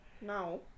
now